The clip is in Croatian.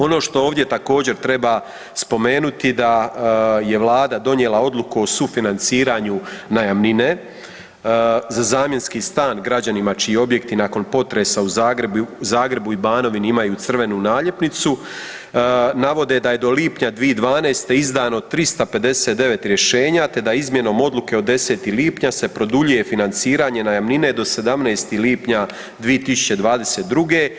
Ono što ovdje također treba spomenuti da je Vlada donijela odluku o sufinanciranju najamnine za zamjenski stan građanima čiji objekti nakon potresa u Zagrebu i u Banovini imaju crvenu naljepnicu, navode da je do lipnja 2012. izdano 359 rješenja te da izmjenom odluke od 10. lipnja se produljuje financiranje najamnine do 17. lipnja 2022.